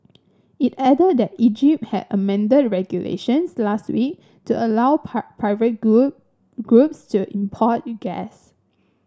it added that Egypt had amended regulations last week to allow private groups to import gas